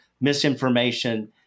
misinformation